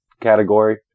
category